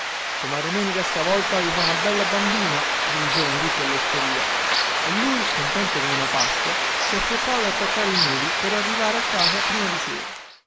per partorire comare menica stavolta vi fa una bella bambina gli dicevano tutti allosteria e lui contento come una pasqua si affrettava ad attaccare i muli per arrivare a casa prima di sera